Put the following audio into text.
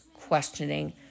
questioning